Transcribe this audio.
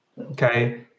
Okay